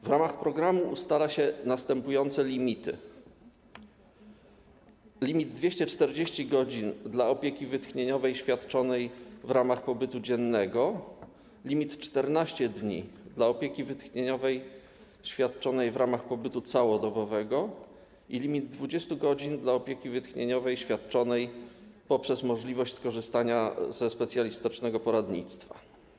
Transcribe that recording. W ramach programu ustala się następujące limity: limit 240 godzin w przypadku opieki wytchnieniowej świadczonej w ramach pobytu dziennego, limit 14 dni w przypadku opieki wytchnieniowej świadczonej w ramach pobytu całodobowego i limit 20 godzin w przypadku opieki wytchnieniowej świadczonej poprzez możliwość skorzystania ze specjalistycznego poradnictwa.